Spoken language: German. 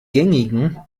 gängigen